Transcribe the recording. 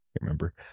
remember